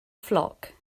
flock